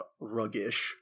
ruggish